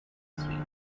sweet